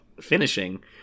finishing